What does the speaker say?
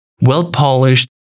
well-polished